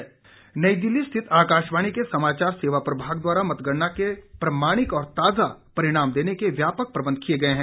आकाशवाणी नई दिल्ली स्थित आकाशवाणी के समाचार सेवा प्रभाग द्वारा मतगणना के प्रमाणिक और ताज़ा परिणाम देने के व्यापक प्रबंध किए गए हैं